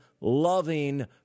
loving